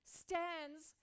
stands